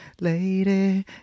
Lady